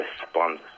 response